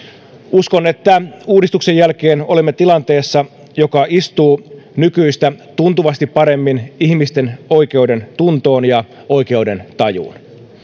uskon että uudistuksen jälkeen olemme tilanteessa joka istuu nykyistä tuntuvasti paremmin ihmisten oikeudentuntoon ja oikeudentajuun